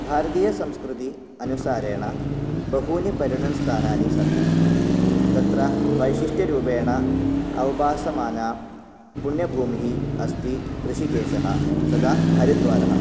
भारतीयसंस्कृति अनुसारेण बहूनि पर्यटनस्थानानि सन्ति तत्र वैशिष्ट्यरूपेण अवभासमाना पुण्यभूमिः अस्ति हृषिकेशः तथा हरिद्वारः